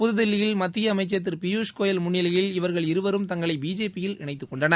புதுதில்லியில் மத்திய அமைச்சர் திரு பியூஷ் கோயல் முன்னிலையில் இவர்கள் இருவரும் தங்களை பிஜேபியில் இணைத்துக்கொண்டனர்